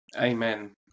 Amen